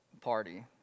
party